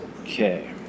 Okay